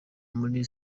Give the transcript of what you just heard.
muri